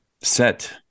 set